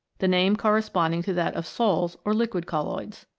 the name corresponding to that of sols or liquid colloids.